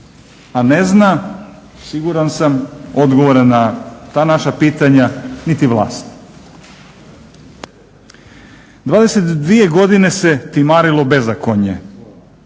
a ne zna siguran sam odgovora na ta naša pitanja niti vlast. 22 godine se timarilo bezakonje.